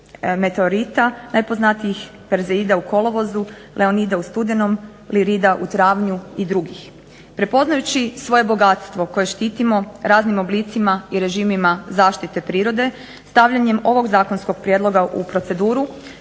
meteorita najpoznatijh perzeoida u kolovozu, leonida u studenom, liorida u travnju i drugih. Prepoznajući svoje bogatstvo koje štitimo raznim oblicima i režimima zaštite prirode stavljanjem ovog zakonskog prijedloga u proceduru